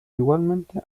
igualmente